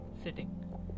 sitting